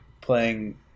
playing